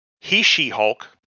he-she-hulk